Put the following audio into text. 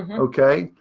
ah okay.